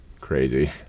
crazy